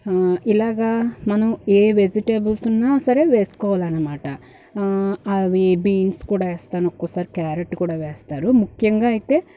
ఇలాగా మనం ఏ వెజిటేబుల్స్ ఉన్నా సరే వేస్కోవాలనమాట అవి బీన్స్ కూడా వేస్తాను ఒక్కొక్కసారి క్యారెట్ కూడా వేస్తారు ముఖ్యంగా అయితే